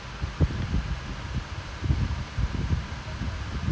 it's like half half because அவனே:avanae slip பண்ண போனான்:panna ponaan so like quite sad lah